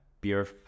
beer